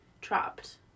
trapped